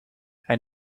hij